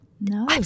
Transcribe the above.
No